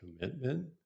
commitment